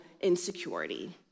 insecurity